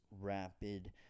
rapid